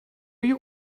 you